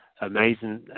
amazing